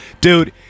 dude